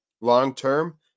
long-term